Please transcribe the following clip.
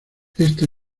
este